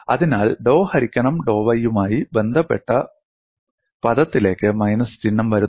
അതിനാൽ ഡോ ഹരിക്കണം ഡോ y യുമായി ബന്ധപ്പെട്ട പദത്തിലേക്ക് മൈനസ് ചിഹ്നം വരുന്നു